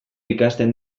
ikasten